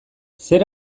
zer